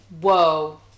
Whoa